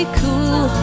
cool